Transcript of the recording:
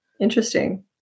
Interesting